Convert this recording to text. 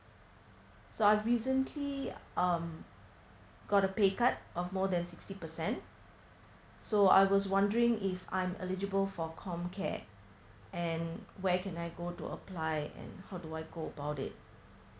so I've recently um got a pay cut of more than sixty percent so I was wondering if I'm eligible for comcare and where can I go to apply and how do I go about it